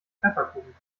pfefferkuchen